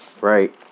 right